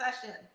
session